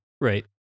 Right